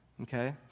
Okay